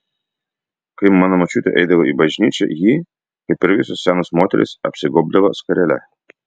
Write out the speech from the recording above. kai mano močiutė eidavo į bažnyčią ji kaip ir visos senos moterys apsigobdavo skarele